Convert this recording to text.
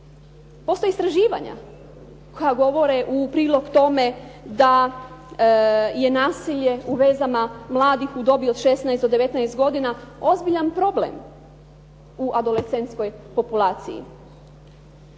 Postoje istraživanja koja govore u prilog tome da je nasilje u vezama mladih u dobi od 16 do 19 godina ozbiljan problem u adolescentskoj populaciji.